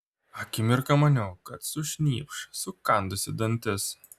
akimirką maniau kad sušnypš sukandusi dantis